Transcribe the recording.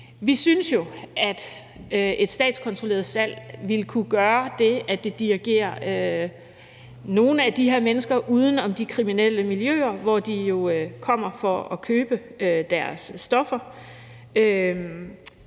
Vi synes jo, at et statskontrolleret salg ville kunne gøre det, at det dirigerer nogle af de her mennesker uden om de kriminelle miljøer, hvor de jo kommer for at købe deres stoffer,